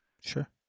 Sure